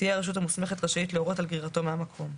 תהיה הרשות המוסמכת רשאית להורות על גרירתו מהמקום.